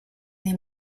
nei